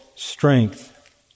strength